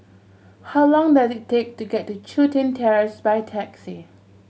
how long does it take to get to Chun Tin Terrace by taxi